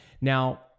Now